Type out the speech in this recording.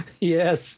Yes